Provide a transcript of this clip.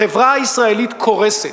החברה הישראלית קורסת,